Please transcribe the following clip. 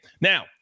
Now